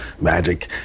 Magic